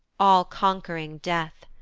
all-conquering death!